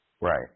Right